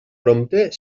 prompte